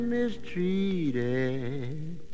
mistreated